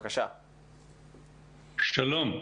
שלום,